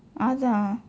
அதான்:athaan